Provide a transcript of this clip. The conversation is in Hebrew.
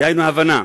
דהיינו הבנה.